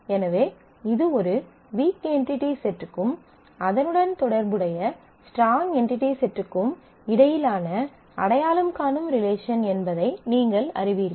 எனவே இது ஒரு வீக் என்டிடி செட்டுக்கும் அதனுடன் தொடர்புடைய ஸ்ட்ராங் என்டிடி செட்டிற்கும் இடையிலான அடையாளம் காணும் ரிலேஷன் என்பதை நீங்கள் அறிவீர்கள்